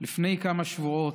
לפני כמה שבועות,